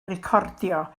recordio